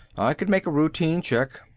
i could make a routine check.